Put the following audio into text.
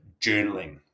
journaling